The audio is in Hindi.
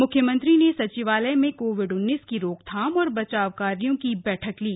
म्ख्यमंत्री ने सचिवालय में कोविड की रोकथाम और बचाव कार्यों की बैठक ली